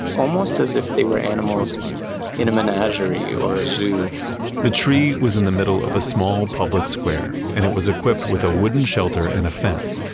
almost as if they were animals in a menagerie or a zoo the tree was in the middle of a small public square, and it was equipped with a wooden shelter and a fence,